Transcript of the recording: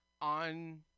on